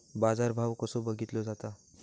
बाजार भाव कसो बघीतलो जाता?